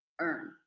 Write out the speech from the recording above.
earn